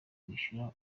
kwishyura